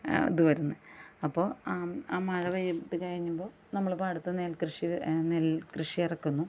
അത് വരുന്നത് അപ്പോൾ മഴ പെയ്ത് കഴിയുമ്പോൾ നമ്മളിപ്പോൾ അടുത്ത നെൽകൃഷി നെൽകൃഷി ഇറക്കുന്നു